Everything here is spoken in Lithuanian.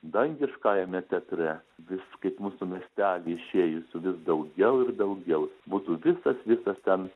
dangiškajame teatre vis kaip mūsų miestely išėjusių vis daugiau ir daugiau būtų visas visas ten